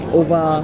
over